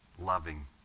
loving